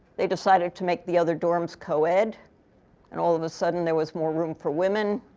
they decided to make the other dorms co-ed. and all of a sudden, there was more room for women.